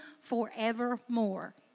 forevermore